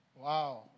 Wow